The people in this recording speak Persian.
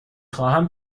خواهم